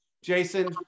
Jason